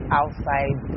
outside